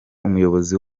umuyobozi